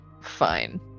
Fine